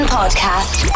Podcast